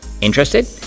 Interested